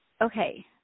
okay